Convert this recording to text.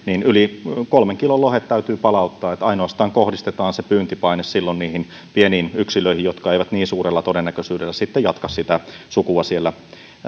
yli kolmen kilon lohet täytyy palauttaa eli kohdistetaan se pyyntipaine silloin ainoastaan niihin pieniin yksilöihin jotka eivät niin suurella todennäköisyydellä sitten jatka sitä sukua siellä